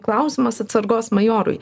klausimas atsargos majorui